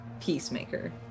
Peacemaker